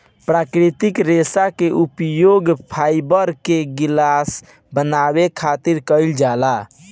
प्राकृतिक रेशा के उपयोग फाइबर के गिलास बनावे खातिर कईल जाला